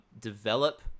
develop